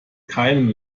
keinem